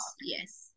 Yes